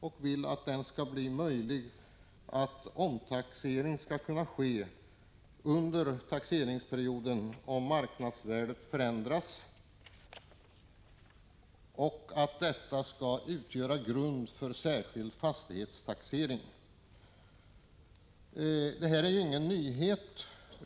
Man vill att omtaxering skall kunna ske under taxeringsperioden om marknadsvärdet förändras. Man anser också att denna taxering skall utgöra grund för särskild fastighetstaxering. Den moderata reservationen är ingen nyhet.